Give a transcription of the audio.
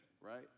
right